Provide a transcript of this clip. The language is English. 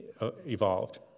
evolved